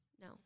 No